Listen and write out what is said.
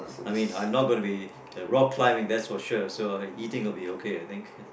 I mean I'm not gonna be rock climbing that's for sure so eating will be okay I think